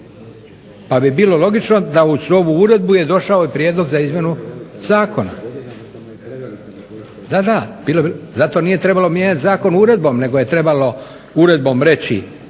Ali bi bilo logično da uz ovu uredbu je došao i prijedlog za izmjenu zakona. Da, da, zato nije trebalo mijenjati zakon uredbom, nego je trebalo uredbom reći